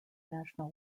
national